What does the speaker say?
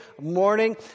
morning